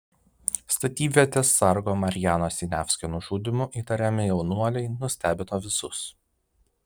statybvietės sargo marijano siniavskio nužudymu įtariami jaunuoliai nustebino visus